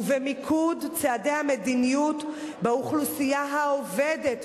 ובמיקוד צעדי המדיניות באוכלוסייה העובדת.